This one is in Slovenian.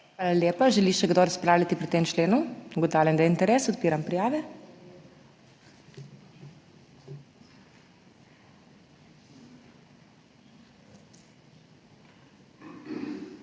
Hvala lepa. Želi še kdo razpravljati pri tem členu? Ugotavljam, da je interes. Odpiram prijave.